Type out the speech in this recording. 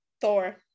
Thor